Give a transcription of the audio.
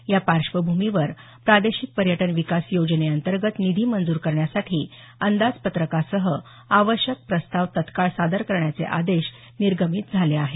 या पार्श्वभूमीवर प्रादेशिक पर्यटन विकास योजनेअंतर्गत निधी मंजूर करण्यासाठी अंदाजपत्रकासह आवश्यक प्रस्ताव तत्काळ सादर करण्याचे आदेश निर्गमित झाले आहेत